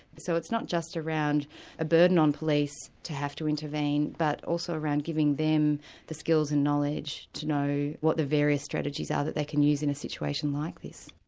so it's not just around a burden on police to have to intervene, but also around giving them the skills and knowledge to know what the various strategies are ah that they can use in a situation like this.